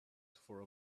for